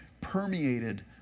permeated